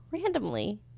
Randomly